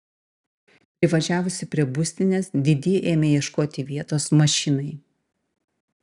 privažiavusi prie būstinės didi ėmė ieškoti vietos mašinai